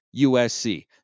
USC